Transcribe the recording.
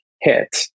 hit